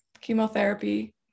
chemotherapy